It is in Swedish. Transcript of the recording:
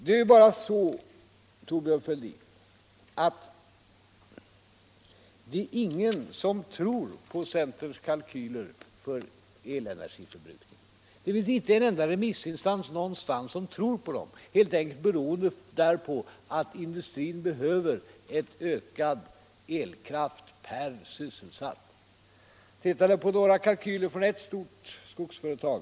Det är ingen, Torbjörn Fälldin, som tror på centerns kalkyler för elenergiförbrukningen. Det finns inte en enda remissinstans som tror på dem +— helt enkelt beroende därpå att industrin behöver ökad elkraft per sysselsatt. Vi kan titta på några kalkyler från ett stort skogsföretag.